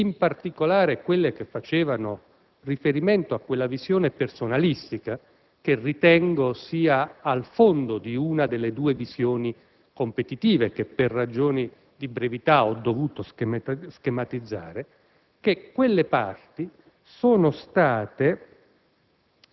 (in particolare quelle che facevano riferimento a quella visione personalistica, che ritengo sia al fondo di una delle due visioni competitive che per ragioni di brevità ho dovuto schematizzare) siano state